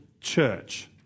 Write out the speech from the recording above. church